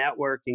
networking